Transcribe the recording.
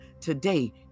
today